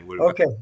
Okay